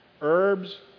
herbs